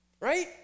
right